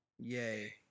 Yay